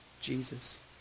Jesus